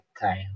time